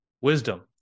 wisdom